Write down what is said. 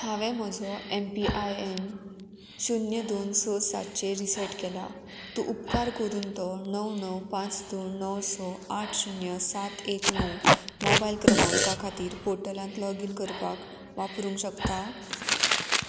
हांवें म्हजो M P I N शुन्य दोन स सातचेर रिसॅट केला तूं उपकार करून तो णव णव पांच दोन णव स आठ शुन्य सात एक णव मोबायल क्रमांका खातीर पोर्टलांत लॉगीन करपाक वापरूंक शकता